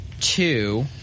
Two